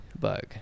bug